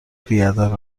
بیادب